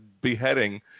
beheading